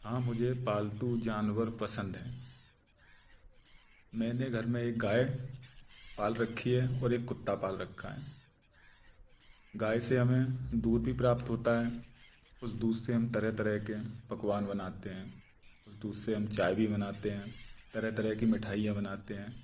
हाँ मुझे पालतू जानवर पसंद हैं मैंने घर में एक गाय पाल रखी है और एक कुत्ता पाल रखा है गाय से हमें दूध भी प्राप्त होता है उस दूध से हम तरह तरह के पकवान बनाते हैं उस दूध से हम चाय भी बनाते हैं तरह तरह की मिठाईयाँ बनाते हैं